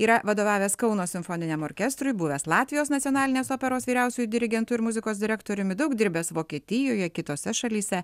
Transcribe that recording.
yra vadovavęs kauno simfoniniam orkestrui buvęs latvijos nacionalinės operos vyriausiuoju dirigentu ir muzikos direktoriumi daug dirbęs vokietijoje kitose šalyse